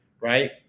right